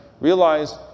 realize